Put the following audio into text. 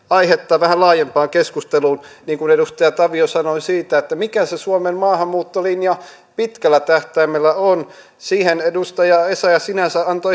aihetta vähän laajempaan keskusteluun niin kuin edustaja tavio sanoi siitä mikä se suomen maahanmuuttolinja pitkällä tähtäimellä on siihen edustaja essayah sinänsä antoi